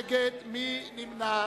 מי נגד, מי נמנע?